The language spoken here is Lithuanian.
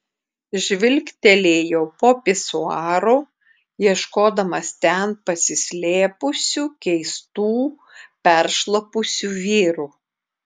žvilgtelėjau po pisuaru ieškodamas ten pasislėpusių keistų peršlapusių vyrų